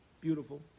Beautiful